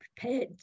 prepared